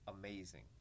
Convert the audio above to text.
amazing